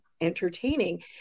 entertaining